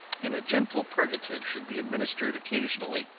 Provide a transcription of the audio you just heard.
and a gentle purgative should be administered occasionally.